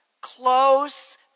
close